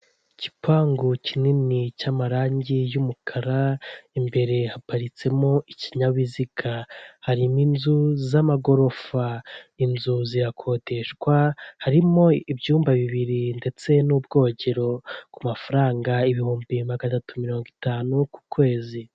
Igipangu kinini cy'amarangi y'umukara, imbere haparitsemo ikinyabiziga harimo inzu z'amagorofa, inzu zirakodeshwa, harimo ibyumba bibiri ndetse n'ubwogero ku mafaranga ibihumbi magana atatu mirongo itanu ku kwezi.